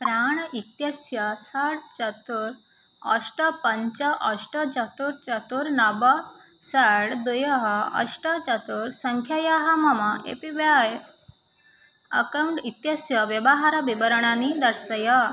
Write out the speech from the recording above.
प्राण् इत्यस्य षड् चत्वारि अष्ट पञ्च अष्ट चत्वारि चत्वारि नव षड् द्वे अष्ट चत्वारि सङ्ख्यायाः मम ए पी व्ययः अकौण्ट् इत्यस्य व्यवहारविवरणानि दर्शय